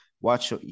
watch